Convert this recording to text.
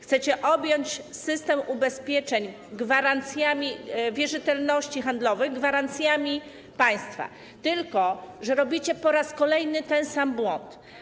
Chcecie objąć system ubezpieczeń wierzytelności handlowych gwarancjami państwa, tylko że robicie po raz kolejny ten sam błąd.